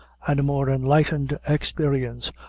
and a more enlightened experience,